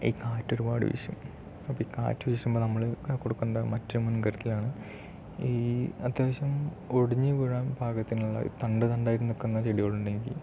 ഈ കാറ്റൊരുപാട് വീശും അപ്പം ഈ കാറ്റ് വീശുമ്പം നമ്മൾ കൊടുക്കേണ്ട മറ്റൊരു മുൻകരുതലാണ് ഈ അത്യാവശ്യം ഒടിഞ്ഞു വീഴാൻ പാകത്തിനുള്ള തണ്ട് തണ്ടായിട്ട് നിൽക്കുന്ന ചെടികളുണ്ടെങ്കിൽ